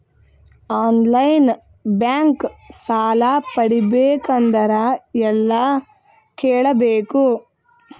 On line bank ಸಾಲ ಪಡಿಬೇಕಂದರ ಎಲ್ಲ ಕೇಳಬೇಕು?